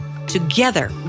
Together